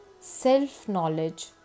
self-knowledge